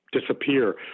disappear